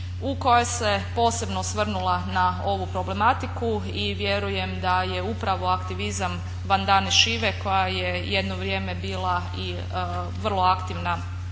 u kojoj se posebno osvrnula na ovu problematiku i vjerujem da je upravo aktivizam Vandane Shive koja je jedno vrijeme bila i vrlo aktivna